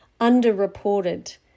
underreported